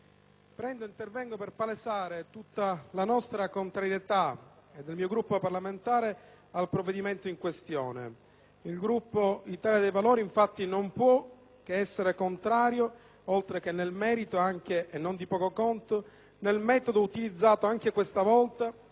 colleghi, intervengo per palesare tutta la contrarietà del mio Gruppo parlamentare al provvedimento in questione. Il Gruppo Italia dei Valori infatti non può che essere contrario oltre che nel merito anche, e non di poco conto, nel metodo utilizzato anche questa volta,